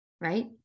right